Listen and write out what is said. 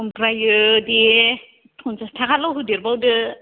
ओमफ्राय दे पनसास थाखाल' होदेरबावदो